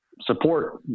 support